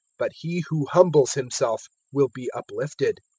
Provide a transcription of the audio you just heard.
but he who humbles himself will be uplifted.